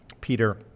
Peter